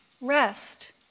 rest